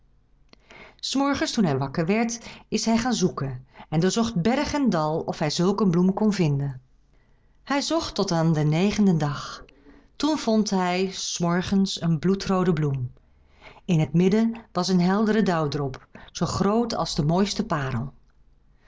s morgens toen hij wakker werd is hij gaan zoeken en doorzocht berg en dal of hij zulk een bloem kon vinden hij zocht tot aan den negenden dag toen vond hij des morgens een bloedroode bloem in het midden was een heldere dauwdrop zoo groot als de mooiste parel